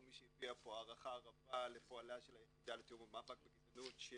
מי שהביע פה הערכה רבה לפועלה של היחידה לתיאום המאבק בגזענות שהוא